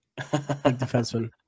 defenseman